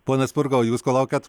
pone spurga o jūs ko laukiat